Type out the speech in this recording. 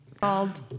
called